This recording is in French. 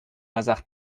hasard